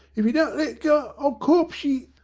if you don't le' go i'll corpse ye!